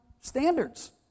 standards